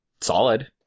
solid